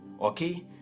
okay